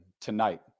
tonight